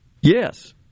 Yes